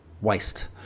waste